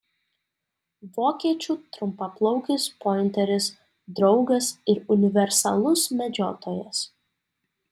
vokiečių trumpaplaukis pointeris draugas ir universalus medžiotojas